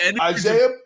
Isaiah